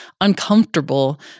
uncomfortable